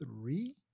three